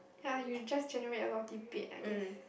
ya you just generate a lot of debate I guess